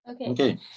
Okay